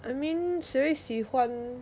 I mean 谁会喜欢